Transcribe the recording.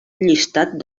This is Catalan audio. llistat